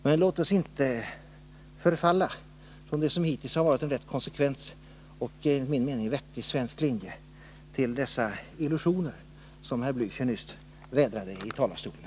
Men låt oss inte falla ifrån det som hittills har varit en konsekvent och enligt min mening en vettig svensk linje för att i stället anamma dessa illusioner, som herr Blächer nyss vädrade i talarstolen.